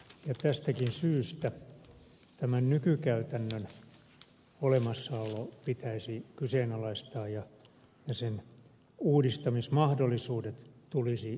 tästäkin syystä tämän nykykäytännön olemassaolo pitäisi kyseenalaistaa ja sen uudistamismahdollisuudet tulisi selvittää